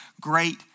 great